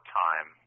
time